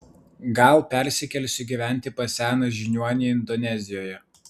gal persikelsiu gyventi pas seną žiniuonį indonezijoje